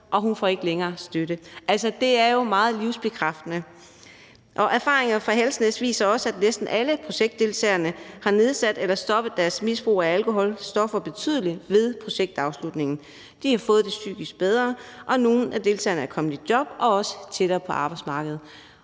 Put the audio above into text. og hun får ikke længere støtte. Det er jo meget livsbekræftende. Erfaringerne fra Halsnæs viser også, at næsten alle projektdeltagerne ved projektafslutningen har nedsat deres misbrug af alkohol og stoffer betydeligt eller har stoppet det. De har fået det psykisk bedre, og nogle af deltagerne er kommet tættere på arbejdsmarkedet